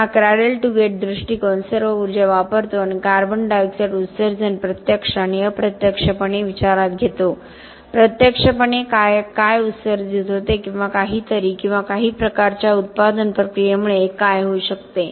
तर हा cradle to gate दृष्टीकोन सर्व ऊर्जा वापरतो आणि CO2 उत्सर्जन प्रत्यक्ष आणि अप्रत्यक्षपणे विचारात घेतो प्रत्यक्षपणे काय उत्सर्जित होते किंवा काहीतरी किंवा काही प्रकारच्या उत्पादन प्रक्रियेमुळे काय होऊ शकते